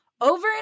Over